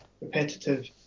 repetitive